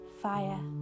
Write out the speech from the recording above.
fire